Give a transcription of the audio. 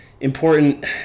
important